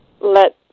let